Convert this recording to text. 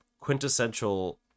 quintessential